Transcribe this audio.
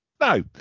no